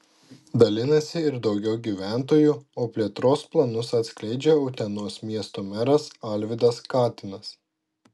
dalinasi ir daugiau gyventojų o plėtros planus atskleidžia utenos miesto meras alvydas katinas